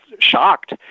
shocked